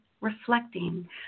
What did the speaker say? reflecting